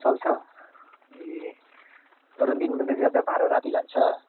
चल्छ ए तर दिनभन्दा ज्यादा भाडा राति लान्छ